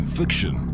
fiction